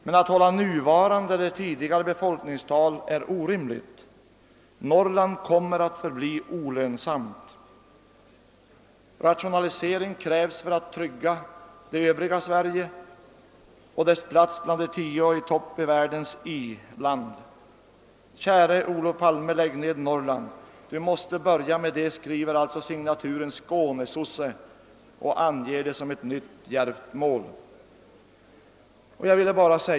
Men att hålla nuvarande eller tidigare befolkningstal är orimligt! Norrland kommer att förbli olönsamt. Rationalisering krävs för att trygga det egentliga Sveriges plats bland de tio i topp av världens i-länder. Käre Olof Palme! Lägg ned Norrland! Du måste börja med det, skriver alltså signaturen Skånesosse och anger det som ett nytt djärvt mål.